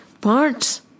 parts